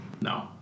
No